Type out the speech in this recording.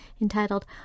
entitled